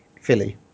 Philly